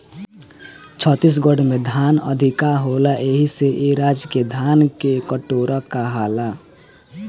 छत्तीसगढ़ में धान अधिका होला एही से ए राज्य के धान के कटोरा कहाला